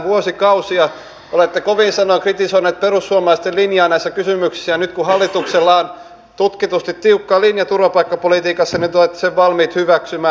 vuosikausia olette kovin sanoin kritisoineet perussuomalaisten linjaa näissä kysymyksissä ja nyt kun hallituksella on tutkitusti tiukka linja turvapaikkapolitiikassa olette valmiit sen hyväksymään